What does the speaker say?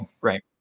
right